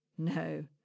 No